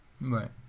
Right